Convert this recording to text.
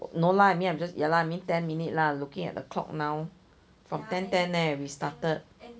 no lah I mean I'm just ya lah I mean ten minutes lah looking at the clock now from ten ten eh we started